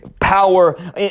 power